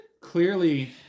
Clearly